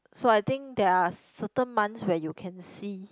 so I think there're certain months where you can see